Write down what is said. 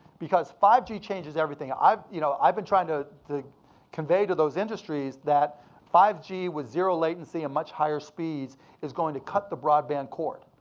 because five g changes everything. i've you know i've been trying to convey to those industries that five g with zero latency and much higher speeds is going to cut the broadband cord.